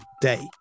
day